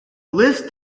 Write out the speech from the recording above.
list